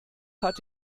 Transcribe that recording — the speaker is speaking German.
hat